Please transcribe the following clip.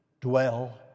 dwell